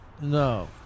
No